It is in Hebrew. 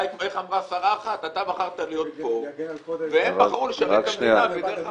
אתה בחרת להיות פה והם בחרו לשרת את המדינה בדרך אחרת.